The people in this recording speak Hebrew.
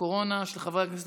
של חבר הכנסת